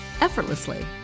effortlessly